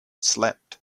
slept